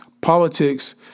politics